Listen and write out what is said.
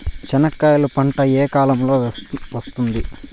చెనక్కాయలు పంట ఏ కాలము లో వస్తుంది